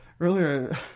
Earlier